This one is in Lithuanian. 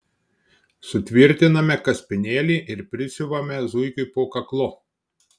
sutvirtiname kaspinėlį ir prisiuvame zuikiui po kaklu